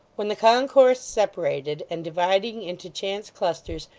when the concourse separated, and, dividing into chance clusters,